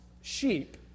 sheep